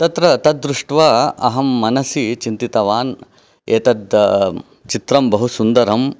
तत्र तद् दृष्ट्वा अहं मनसि चिन्तितवान् एतद् चित्रं बहु सुन्दरम्